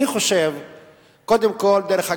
דרך אגב,